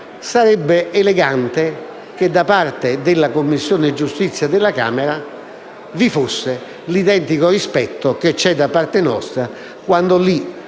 sarebbe elegante che da parte della Commissione giustizia della Camera vi fosse l'identico rispetto che c'è da parte nostra quando in